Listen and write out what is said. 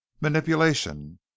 Manipulation